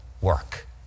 work